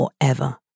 forever